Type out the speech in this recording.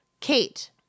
Kate